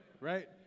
right